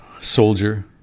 soldier